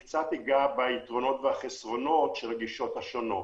ביתרונות ובחסרונות של הגישות השונות.